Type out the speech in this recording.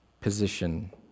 position